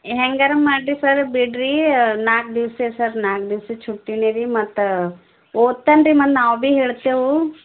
ಹೇಗಾರು ಮಾಡಿರಿ ಸರ್ ಬಿಡಿರಿ ನಾಲ್ಕು ದಿವಸ ಸರ್ ನಾಲ್ಕು ದಿವ್ಸದ ಚುಟ್ಟಿನೆ ರಿ ಮತ್ತೆ ಓದ್ತಾನೆರಿ ಮತ್ತೆ ನಾವು ಭಿ ಹೇಳ್ತೇವು